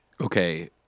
Okay